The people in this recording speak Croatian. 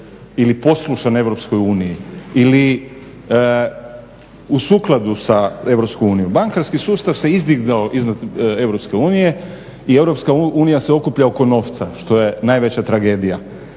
ili poslušan Europskoj uniji ili u skladu sa Europskom unijom. Bankarski sustav se izdigao iznad Europske unije i Europska unija se okuplja oko novca što je najveća tragedija.